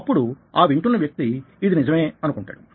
అప్పుడు ఆ వింటున్న వ్యక్తి ఇది నిజమే అనుకుంటాడు